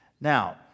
Now